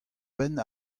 benn